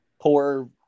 poor